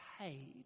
paid